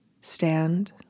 stand